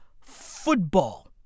football